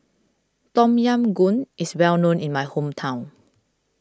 Tom Yam Goong is well known in my hometown